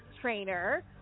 trainer